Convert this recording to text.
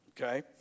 okay